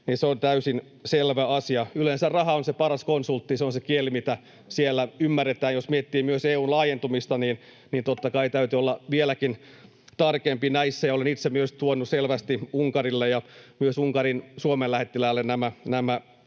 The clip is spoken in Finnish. Se on täysin selvä asia. Yleensä raha on se paras konsultti, se on se kieli, mitä siellä ymmärretään. Jos miettii myös EU:n laajentumista, niin totta kai täytyy olla vieläkin tarkempi näissä. Olen itse myös tuonut selvästi Unkarille ja myös Unkarin Suomen lähettiläälle nämä